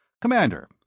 Commander